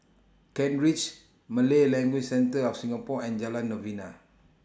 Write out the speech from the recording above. Kent Ridge Malay Language Centre of Singapore and Jalan Novena